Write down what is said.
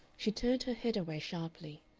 she turned her head away sharply.